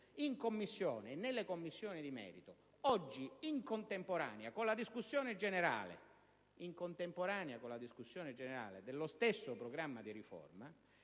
in Commissione bilancio e nelle Commissioni di merito, in contemporanea, oggi, con la discussione generale dello stesso Programma di riforma,